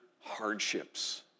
hardships